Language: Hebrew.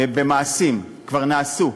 והם במעשים, כבר נעשו.